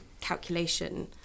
calculation